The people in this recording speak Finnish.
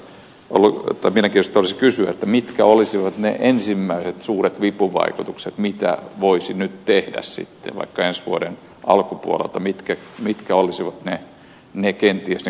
olisi oikeastaan mielenkiintoista kysyä mitkä olisivat ne ensimmäiset suuret vipuvaikutukset mitä voisi nyt tehdä sitten vaikka ensi vuoden alkupuolelta mitkä olisivat kenties ne konkreettiset keinot